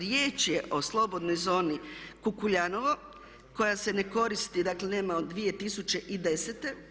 Riječ je o slobodnoj zoni Kukuljanovo koja se ne koristi, dakle nema je od 2010.